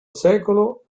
secolo